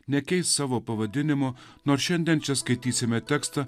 nekeis savo pavadinimu nors šiandien čia skaitysime tekstą